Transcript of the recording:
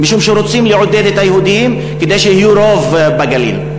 משום שרוצים לעודד את היהודים כדי שיהיו רוב בגליל.